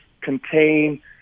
contain